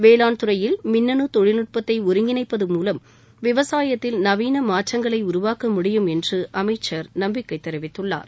வேளாண் துறையில் மின்னனு தொழில்நுட்பத்தை ஒருங்கிணைப்பது மூவம் விவசாயத்தில் நவீன மாற்றங்களை உருவாக்க முடியும் என்று அமைச்சர் நம்பிக்கை தெரிவித்துள்ளார்